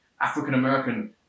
African-American